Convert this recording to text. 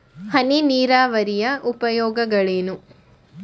ಹನಿ ನೀರಾವರಿಯ ಉಪಯೋಗಗಳೇನು?